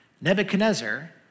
Nebuchadnezzar